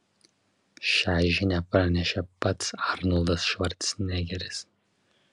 šią žinią pranešė pats arnoldas švarcnegeris